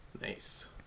Nice